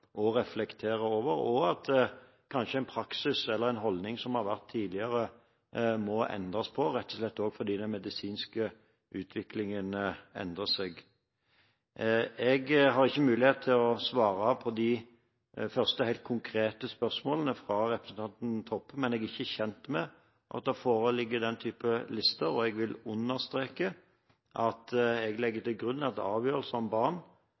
å diskutere og reflektere over, og kanskje at en praksis eller en holdning som har vært tidligere, må endres på, rett og slett fordi den medisinske utviklingen endrer seg. Jeg har ikke mulighet til å svare på de første, helt konkrete spørsmålene fra representanten Toppe, men jeg er ikke kjent med at det foreligger den typen lister. Jeg vil understreke at jeg legger til grunn at avgjørelser om at barn